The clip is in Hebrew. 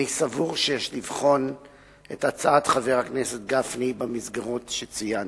אני סבור שיש לבחון את הצעת חבר הכנסת גפני במסגרת שציינתי.